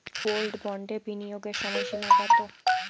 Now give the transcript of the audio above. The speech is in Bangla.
গোল্ড বন্ডে বিনিয়োগের সময়সীমা কতো?